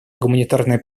гуманитарная